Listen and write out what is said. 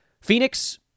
Phoenix